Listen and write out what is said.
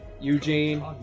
Eugene